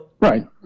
Right